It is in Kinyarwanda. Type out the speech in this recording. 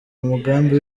umugambi